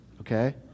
okay